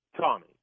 Tommy